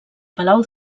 palau